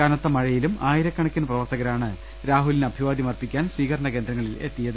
കനത്ത മഴയിലും ആയിരക്കണക്കിന് പ്രവർത്തകരാണ് രാഹുലിന് അഭിവാദ്യം അർപ്പിക്കാൻ സ്വീകരണ കേന്ദ്രങ്ങ ളിലെത്തിയത്